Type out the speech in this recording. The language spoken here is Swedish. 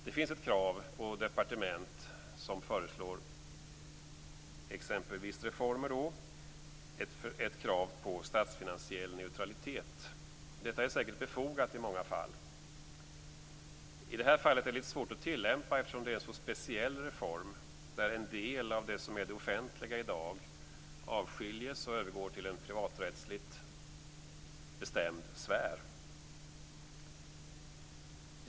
Det finns ett krav på departementet, som föreslår exempelvis reformer, på statsfinansiell neutralitet. Detta är säkert befogat i många fall. I det här fallet är det lite svårt att tillämpa eftersom det är en så speciell reform där en del av det som är det offentliga i dag avskiljes och övergår till en privaträttsligt bestämd sfär.